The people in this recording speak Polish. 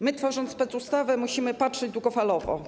My, tworząc specustawę, musimy patrzeć długofalowo.